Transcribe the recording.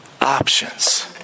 options